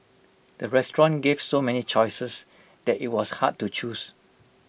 the restaurant gave so many choices that IT was hard to choose